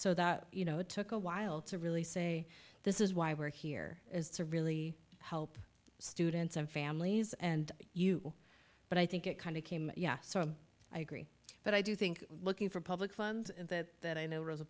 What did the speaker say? so that you know it took a while to really say this is why we're here is to really help students and families and you but i think it kind of came yeah i agree but i do think looking for public funds that i know rosa